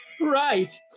Right